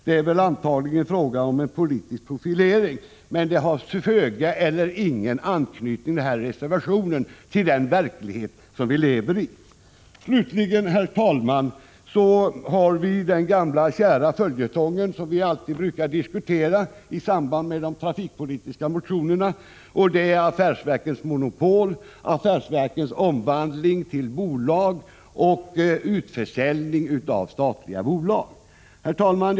Det är väl antagligen fråga om en politisk profilering. Men denna reservation har föga eller ingen anknytning till den verklighet som vi lever i. Slutligen, herr talman, har vi den gamla kära följetongen som vi alltid brukar diskutera i samband med de trafikpolitiska motionerna, nämligen affärsverkens monopol, affärsverkens omvandling till bolag och utförsäljning av statliga bolag. Herr talman!